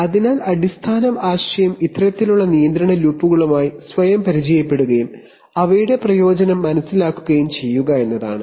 അതിനാൽ അടിസ്ഥാന ആശയം ഇത്തരത്തിലുള്ള നിയന്ത്രണ ലൂപ്പുകളുമായി സ്വയം പരിചയപ്പെടുകയും അവയുടെ പ്രയോജനം മനസ്സിലാക്കുകയും ചെയ്യുക എന്നതാണ്